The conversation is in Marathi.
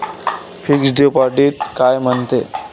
फिक्स डिपॉझिट कायले म्हनते?